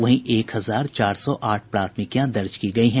वहीं एक हजार चार सौ आठ प्राथमिकियां दर्ज की गयी हैं